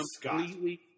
completely